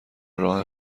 راه